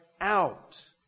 out